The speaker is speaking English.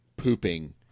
pooping